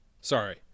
sorry